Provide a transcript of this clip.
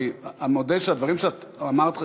אני מודה שהדברים שאמרת,